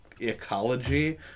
Ecology